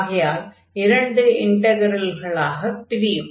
ஆகையால் இரண்டு இன்டக்ரல்களாக பிரியும்